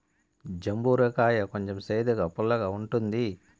జంబూర కాయ కొంచెం సేదుగా, పుల్లగా ఉంటుంది